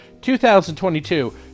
2022